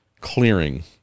clearing